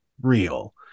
real